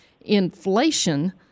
Inflation